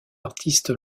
artiste